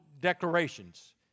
declarations